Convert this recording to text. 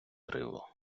гриву